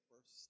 first